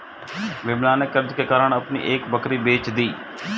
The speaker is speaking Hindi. विमला ने कर्ज के कारण अपनी एक बकरी बेच दी